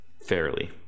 fairly